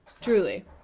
truly